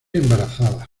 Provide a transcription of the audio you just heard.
embarazada